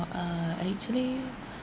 uh actually